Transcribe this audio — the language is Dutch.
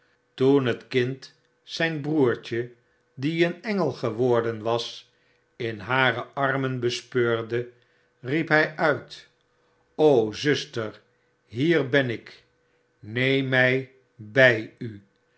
toen het kind zyn broertje die een engel geworden was in hare amen bespeurde riep hy uit zuster hier ben ik neem my by u